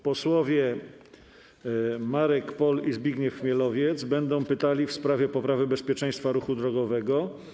Posłowie Marek Polak i Zbigniew Chmielowiec będą pytali w sprawie poprawy bezpieczeństwa ruchu drogowego.